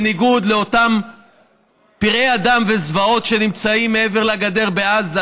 בניגוד לאותם פראי אדם וזוועות שנמצאים מעבר לגדר בעזה,